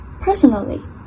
Personally